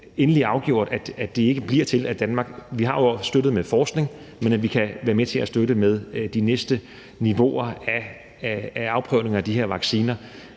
endelig afgjort, at det ikke bliver til, at Danmark kan være med til at støtte de næste niveauer af afprøvning af de her vacciner,